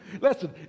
Listen